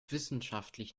wissenschaftlich